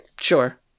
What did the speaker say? Sure